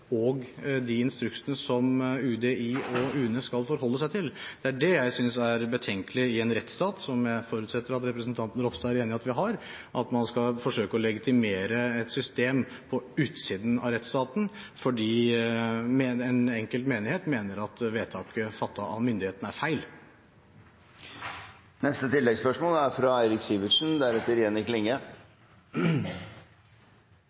og de instruksene som UDI og UNE skal forholde seg til. Det er det jeg synes er betenkelig i en rettsstat – som jeg forutsetter at representanten Ropstad er enig i at vi har: at man skal forsøke å legitimere et system på utsiden av rettsstaten fordi en enkelt menighet mener at vedtaket fattet av myndighetene er feil.